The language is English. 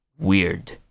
weird